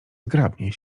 zgrabnie